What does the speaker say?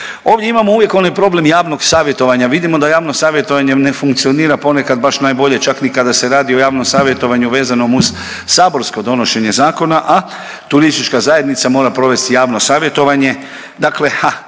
Ovdje imamo uvijek onaj problem javnog savjetovanja, vidimo da javno savjetovanje ne funkcionira ponekad baš najbolje, čak ni kada se radi o javnom savjetovanju vezanom uz saborsko donošenje zakona, a turistička zajednica mora provest javno savjetovanje,